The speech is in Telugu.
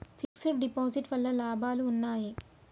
ఫిక్స్ డ్ డిపాజిట్ వల్ల లాభాలు ఉన్నాయి?